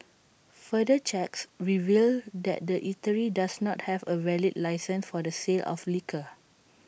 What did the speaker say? further checks revealed that the eatery does not have A valid licence for the sale of liquor